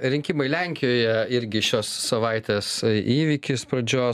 rinkimai lenkijoje irgi šios savaitės įvykis pradžios